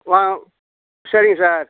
வாங் சரிங்க சார்